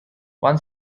one